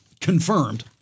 confirmed